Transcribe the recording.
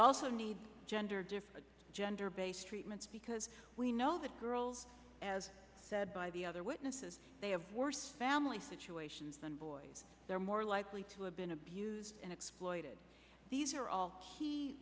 also need gender different gender based treatments because we know that girls as by the other witnesses they have worse family situations than boys they're more likely to have been abused and exploited these are all